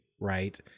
Right